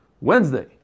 Wednesday